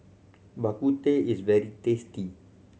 Bak Kut Teh is very tasty